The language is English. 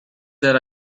that